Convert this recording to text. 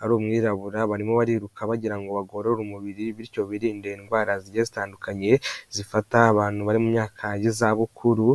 ari umwirabura, barimo bariruka bagira ngo bagorore umubiri, bityo biririnde indwara zigiye zitandukanye zifata abantu bari mu myaka y'izabukuru.